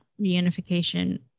reunification